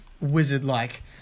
wizard-like